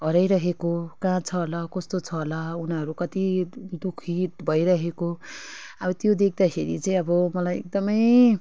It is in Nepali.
हराइरहेको कहाँ छ होला कस्तो छ होला उनीहरू कति दुःखित भइरहेको अब त्यो देख्दाखेरि चाहिँ अब मलाई एकदमै